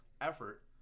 effort